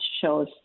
shows